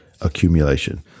accumulation